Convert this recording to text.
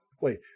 Wait